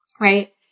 Right